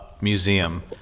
Museum